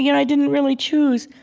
you know i didn't really choose.